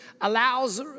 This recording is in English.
allows